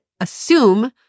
assume